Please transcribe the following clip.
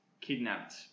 kidnapped